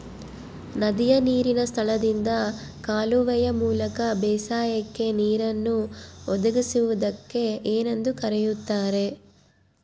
ನದಿಯ ನೇರಿನ ಸ್ಥಳದಿಂದ ಕಾಲುವೆಯ ಮೂಲಕ ಬೇಸಾಯಕ್ಕೆ ನೇರನ್ನು ಒದಗಿಸುವುದಕ್ಕೆ ಏನೆಂದು ಕರೆಯುತ್ತಾರೆ?